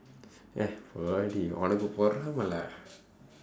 eh போடி உனக்கு பொறாமை:poodi unakku poraamai lah